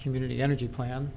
community energy plan